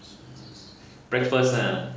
breakfast lah